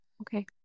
Okay